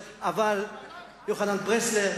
יוחנן פלסנר,